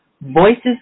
Voices